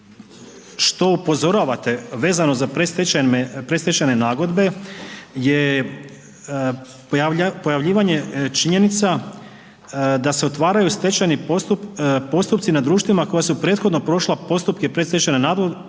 što upozoravate vezano za predstečajne nagodbe je pojavljivanje činjenica da se otvaraju stečajni postupci nad društvima koja su prethodno prošla postupke predstečajne nagodbe